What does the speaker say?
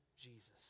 Jesus